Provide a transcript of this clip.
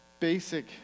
basic